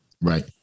Right